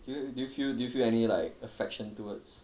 do you do you feel do you feel any like affection towards